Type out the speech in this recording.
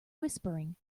whispering